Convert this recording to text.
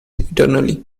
eternally